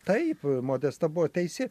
taip modesta buvo teisi